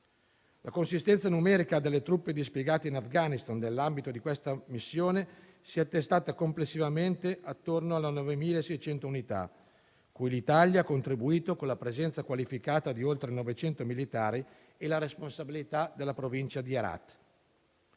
La consistenza numerica delle truppe dispiegate in Afghanistan nell'ambito di questa missione si è attestata complessivamente attorno alle 9.600 unità, cui l'Italia ha contribuito con la presenza qualificata di oltre 900 militari e la responsabilità della provincia di Herat.